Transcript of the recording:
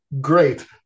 great